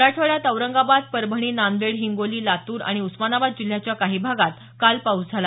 मराठवाड्यात औरंगाबाद परभणी नांदेड हिंगोली लातूर आणि उस्मानाबाद जिल्ह्याच्या काही भागात काल पाऊस झाला